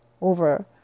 over